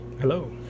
Hello